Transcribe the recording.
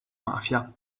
mafia